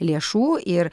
lėšų ir